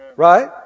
Right